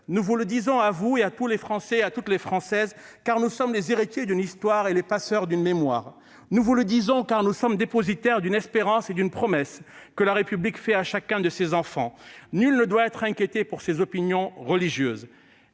Nous vous le disons, à vous ainsi qu'à toutes les Françaises et à tous les Français, car nous sommes les héritiers d'une histoire et les passeurs d'une mémoire. Nous vous le disons, car nous sommes dépositaires d'une espérance et d'une promesse que la République fait à chacun de ses enfants :« Nul ne doit être inquiété pour ses opinions religieuses.